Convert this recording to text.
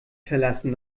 verlassen